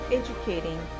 educating